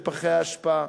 לפחי האשפה.